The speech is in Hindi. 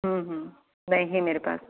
नहीं है मेरे पास